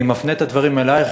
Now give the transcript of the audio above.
אני מפנה את הדברים אלייך,